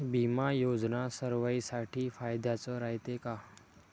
बिमा योजना सर्वाईसाठी फायद्याचं रायते का?